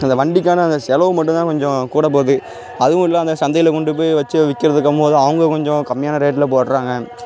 அந்த வண்டிக்கான அந்த செலவு மட்டுந்தான் கொஞ்சம் கூடப்போகுது அதுவும் இல்லை அந்த சந்தையில் கொண்டு போய் வச்சு விற்கிறதிக்கும்போது அவங்க கொஞ்சம் கம்மியான ரேட்டில் போடுறாங்க